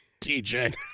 TJ